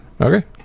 Okay